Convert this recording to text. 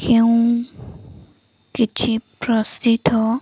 କେଉଁ କିଛି ପ୍ରସିଦ୍ଧ